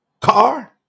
car